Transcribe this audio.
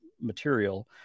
material